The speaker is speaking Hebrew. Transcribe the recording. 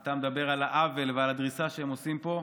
אתה מדבר על העוול ועל הדריסה שהם עושים פה,